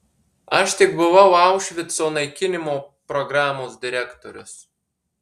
aš tik buvau aušvico naikinimo programos direktorius